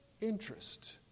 interest